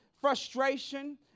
frustration